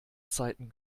zeiten